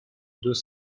deux